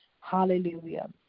hallelujah